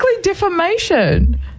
defamation